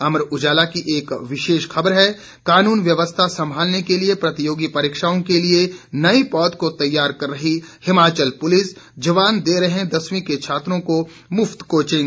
अमर उजाला की एक विशेष खबर है कानून व्यवस्था संभालने के साथ प्रतियोगी परीक्षाओं के लिए नए पौध को तैयार कर रही हिमाचल पुलिस पुलिस जवान दे रहे दसवीं के छात्रों को मुफ्त कोचिंग